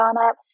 up